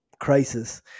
crisis